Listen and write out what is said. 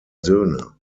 söhne